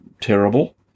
terrible